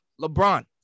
LeBron